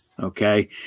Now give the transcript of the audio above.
Okay